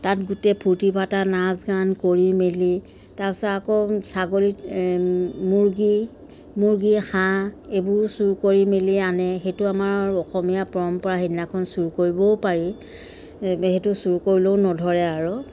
তাত গোটেই ফূৰ্তি ফাৰ্তা নাচ গান কৰি মেলি তাৰপাছত আকৌ ছাগলী মুৰ্গী মুৰ্গী হাঁহ এইবোৰ চুৰ কৰি মেলি আনে সেইটো আমাৰ অসমীয়া পৰম্পৰা সেইদিনাখন চুৰ কৰিবও পাৰি চুৰ কৰিলেও নধৰে আৰু